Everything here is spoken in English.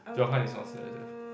Johann is more sensitive